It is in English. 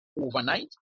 overnight